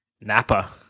napa